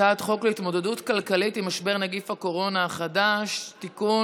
הצעת חוק להתמודדות כלכלית עם משבר נגיף הקורונה החדש (תיקון,